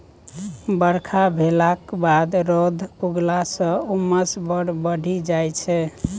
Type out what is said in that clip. बरखा भेलाक बाद रौद उगलाँ सँ उम्मस बड़ बढ़ि जाइ छै